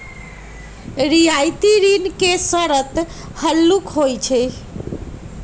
रियायती ऋण के शरत हल्लुक होइ छइ